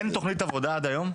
אין תוכנית עבודה עד היום?